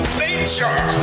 nature